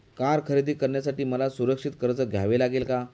Car खरेदी करण्यासाठी मला सुरक्षित कर्ज घ्यावे लागेल का?